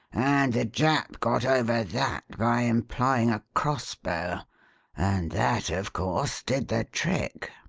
and the jap got over that by employing a cross-bow and that, of course, did the trick.